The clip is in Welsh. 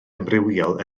amrywiol